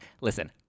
Listen